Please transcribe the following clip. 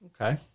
okay